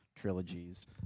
trilogies